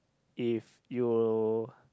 if you